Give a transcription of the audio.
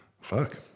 Fuck